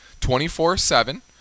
24-7